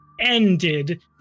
ended